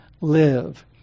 live